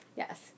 Yes